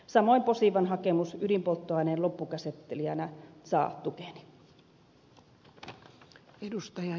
samoin posivan hakemus ydinpolttoaineen loppukäsittelijänä saa tukeni